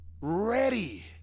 ready